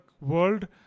world